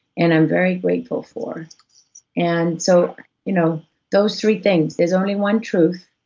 and i'm very grateful for and so you know those three things, there's only one truth.